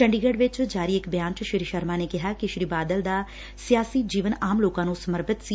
ਚੰਡੀਗੜ੍ ਚ ਜਾਰੀ ਇਕ ਬਿਆਨ ਚ ਸ੍ਰੀ ਸ਼ਰਮਾ ਨੇ ਕਿਹਾ ਕਿ ਸ੍ਰੀ ਬਾਦਲ ਦਾ ਸਿਆਸੀ ਜੀਵਨ ਆਮ ਲੋਕਾ ਨੂੰ ਸਮਰਪਿਤ ਸੀ